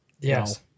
Yes